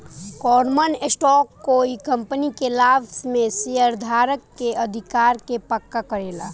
common stock कोइ company के लाभ में शेयरधारक के अधिकार के पक्का करेला